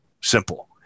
simple